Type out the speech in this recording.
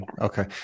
Okay